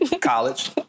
College